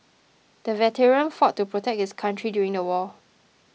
the veteran fought to protect his country during the war